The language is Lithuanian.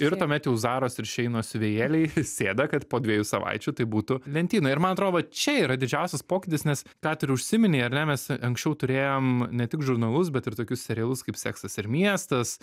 ir tuomet jau zaros ir šeino siuvėjėliai sėda kad po dviejų savaičių tai būtų lentynoj ir man atro va čia yra didžiausias pokytis nes ką tu ir užsiminei ar ne mes anksčiau turėjom ne tik žurnalus bet ir tokius serialus kaip seksas ir miestas